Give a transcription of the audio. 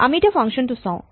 আমি এতিয়া ফাংচন টো চাওঁ